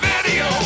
Video